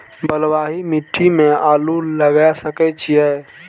बलवाही मिट्टी में आलू लागय सके छीये?